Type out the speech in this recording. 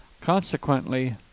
Consequently